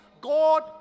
God